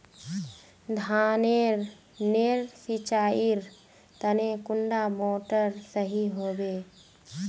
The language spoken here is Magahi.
धानेर नेर सिंचाईर तने कुंडा मोटर सही होबे?